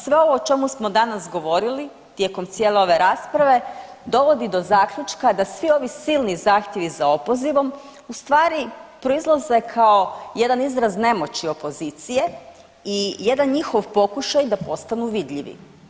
Sve ovo o čemu smo danas govorili tijekom cijele ove rasprave dovodi do zaključka da svi ovi silni zahtjevi za opozivom ustvari proizlaze kao jedan izraz nemoći opozicije i jedan njihov pokušaj da postanu vidljivi.